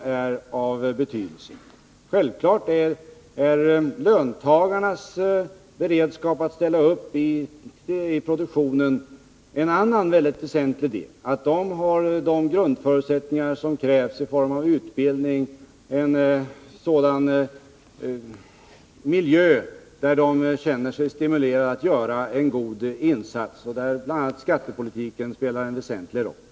Självfallet betyder mycket sådana saker som löntagarnas beredskap att ställa upp i produktionen, att de har de grundförutsättningar som krävs i form av utbildning, att vi har en sådan miljö där de känner sig stimulerade att göra en god insats, och där bl.a. skattepolitiken spelar en väsentlig roll.